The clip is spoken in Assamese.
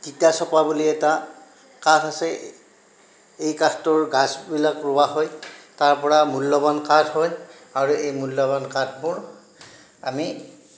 তিতা চপোৱা বুলি এটা কাঠ আছে এই কাঠটোৰ গাছবিলাক ৰোৱা হয় তাৰপৰা মূল্যবান কাঠ হয় আৰু এই মূল্যবান কাঠবোৰ আমি